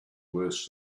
worse